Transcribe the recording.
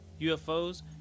UFOs